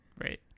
Right